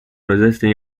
resisting